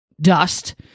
dust